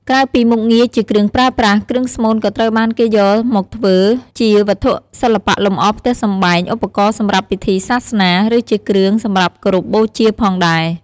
ក្រៅពីមុខងារជាគ្រឿងប្រើប្រាស់ គ្រឿងស្មូនក៏ត្រូវបានគេយកមកធ្វើជាវត្ថុសិល្បៈលម្អផ្ទះសម្បែង ឧបករណ៍សម្រាប់ពិធីសាសនា ឬជាគ្រឿងសម្រាប់គោរពបូជាផងដែរ។